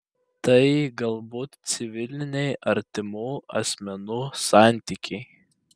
tai galbūt civiliniai artimų asmenų santykiai